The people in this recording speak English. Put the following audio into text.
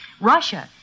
Russia